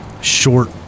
short